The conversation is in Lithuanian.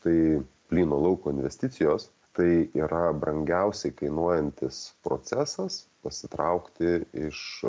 tai plyno lauko investicijos tai yra brangiausiai kainuojantis procesas pasitraukti iš